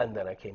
and then i came